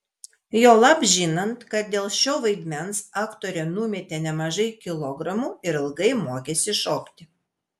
juolab žinant kad dėl šio vaidmens aktorė numetė nemažai kilogramų ir ilgai mokėsi šokti